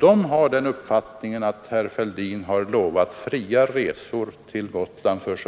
De är av den uppfattningen att herr Fälldin har lovat fria resor plus fri transport